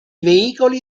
veicoli